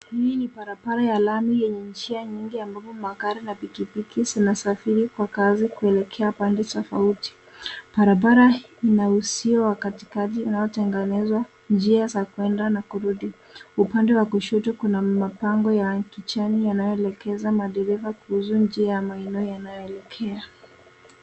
Hii ni barabara ya lami yenye njia nyingi ambapo magari na pikipiki zinasafiri kwa kasi kuelekea pande tofauti. Barabara ina uzio wa katikati unaotenganisha njia za kuenda na kurudi. Upande wa kushoto kuna mabango ya kijani yanayoelekeza madereva kuhusu njia ya maeneo yanayoelekea.